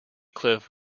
cliff